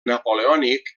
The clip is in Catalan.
napoleònic